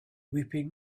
weeping